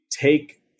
take